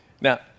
Now